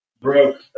broke